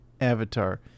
Avatar